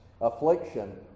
affliction